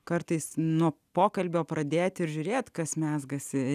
kartais nuo pokalbio pradėti ir žiūrėti kas mezgasi